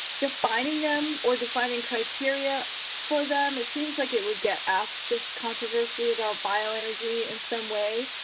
defining them or defining criteria for them. it seems like it would get asked this controversy about bio energy in some way.